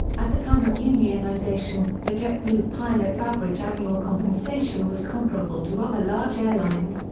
at the time of unionization, a jetblue pilot's average annual compensation was comparable to other large airlines,